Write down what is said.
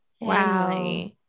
wow